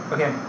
Okay